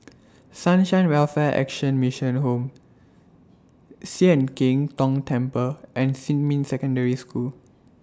Sunshine Welfare Action Mission Home Sian Keng Tong Temple and Xinmin Secondary School